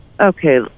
Okay